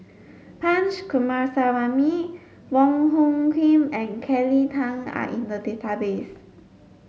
Punch Coomaraswamy Wong Hung Khim and Kelly Tang are in the database